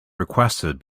requested